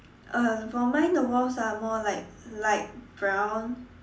uh for mine the walls are more like light brown